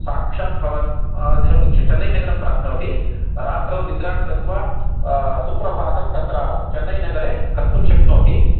साक्षात् भवत् शनै चन्नै नगरं प्राप्नोति रात्रौ निद्रां कृत्वा सुप्रभातम् तत्र चन्नै नगरे कर्तुं शक्नोति